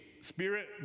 spirit